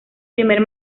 primer